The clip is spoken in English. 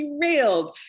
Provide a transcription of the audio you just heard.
derailed